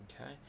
Okay